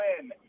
win